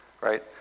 right